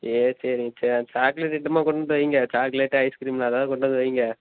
சரி சரிங்க சரி அந்த சாக்லேட் ஐட்டமாக கொண்டு வந்து வைங்க சாக்லேட்டு ஐஸ் கிரீம் அதாவது கொண்டு வந்து வைங்க